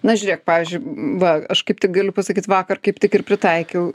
na žiūrėk pavyzdžiui va aš kaip tik galiu pasakyt vakar kaip tik ir pritaikiau